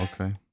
Okay